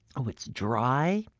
um it's dry,